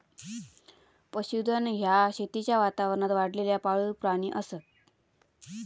पशुधन ह्या शेतीच्या वातावरणात वाढलेला पाळीव प्राणी असत